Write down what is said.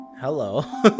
Hello